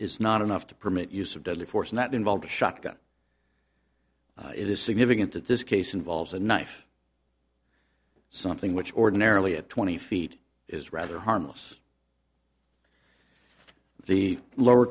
is not enough to permit use of deadly force and that involved a shotgun it is significant that this case involves a knife something which ordinarily at twenty feet is rather harmless the lower